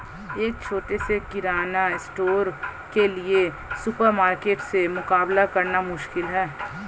एक छोटे से किराना स्टोर के लिए सुपरमार्केट से मुकाबला करना मुश्किल है